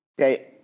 Okay